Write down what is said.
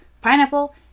pineapple